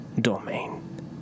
domain